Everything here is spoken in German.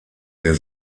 der